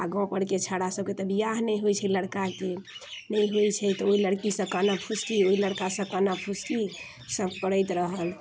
आओर गाँवपर के छौड़ा सभके तऽ बियाह नहि होइ छै लड़िकाके नहि होइ छै तऽ ओइ लड़कीसँ काना फुसकी ओइ लड़कासँ काना फुसकी सभ करैत रहल